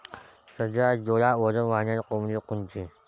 सगळ्यात जोरात वजन वाढणारी कोंबडी कोनची?